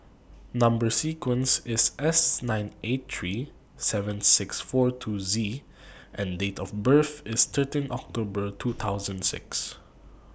Number sequence IS S nine eight three seven six four two Z and Date of birth IS thirteen October two thousand six